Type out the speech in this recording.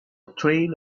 trail